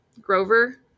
Grover